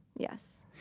yes.